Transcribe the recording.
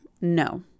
No